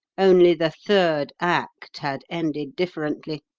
only the third act had ended differently.